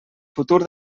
futur